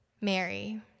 Mary